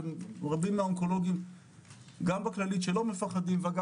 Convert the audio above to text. ורבים מהאונקולוגים גם בכללית שלא פוחדים וגם